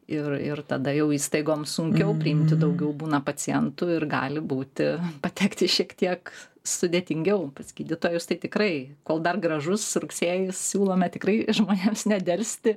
ir ir tada jau įstaigoms sunkiau priimti daugiau būna pacientų ir gali būti patekti šiek tiek sudėtingiau pas gydytojus tai tikrai kol dar gražus rugsėjis siūlome tikrai žmonėms nedelsti